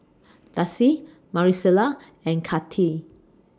Darci Maricela and Katie